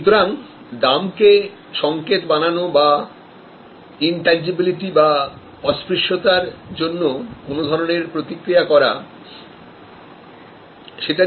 যাহাতে আমরা মূল্যের মধ্যে কোন সংকেত তৈরি করতে পারি যেটা ইনটনঞ্জিবিলিটির প্রতিক্রিয়া হিসেবে কাজ করবে